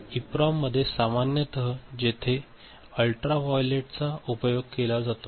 इप्रोम मध्ये सामान्यत जेथे अल्ट्राव्हायोलेटचा उपयोग केला जातो